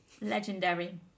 Legendary